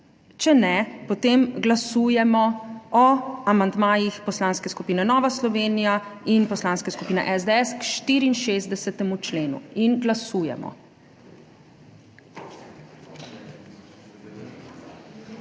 Če ne, potem glasujemo o amandmajih Poslanske skupine Nova Slovenija in Poslanske skupine SDS k 64. členu. Glasujemo.